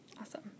Awesome